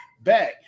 Back